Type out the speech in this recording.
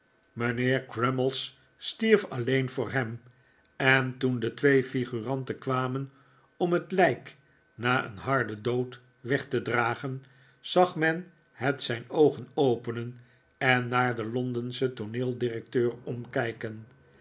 mijnheer crummies stierf alleen voor hem en toen de twee figuranten kwamen om het lijk na een harden dood weg te dragen zag men het zijn oogen openen en naar den londenschen tooneeldirecteur omkijken